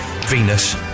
Venus